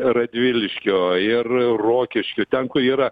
radviliškio ir rokišky ten kur yra